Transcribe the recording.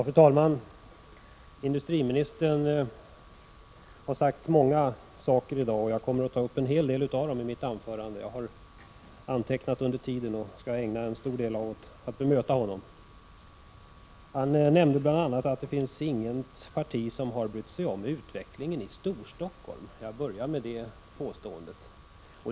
Fru talman! Industriministern har sagt många saker i dag, och jag kommer att ta upp en hel del av dem. Jag har antecknat under tiden och skall ägna en stor del av mitt anförande åt att bemöta honom. Han sade bl.a. att det inte finns något parti som har brytt sig om utvecklingen i Storstockholm. Jag börjar med att bemöta det påståendet.